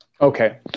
Okay